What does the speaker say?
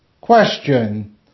Question